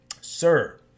sir